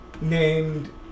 Named